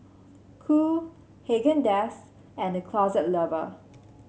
Qoo Haagen Dazs and The Closet Lover